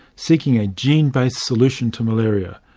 seeking a gene-based solution to malaria.